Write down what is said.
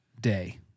day